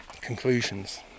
conclusions